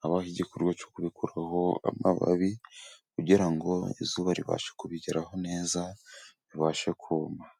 habaho igikorwa cyo kubikuraho amababi, kugira ngo izuba bibashe kubigeraho neza, ribashe kuma.